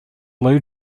low